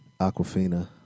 Aquafina